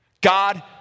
God